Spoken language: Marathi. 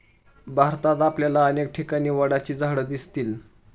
भारतात आपल्याला अनेक ठिकाणी वडाची झाडं दिसतील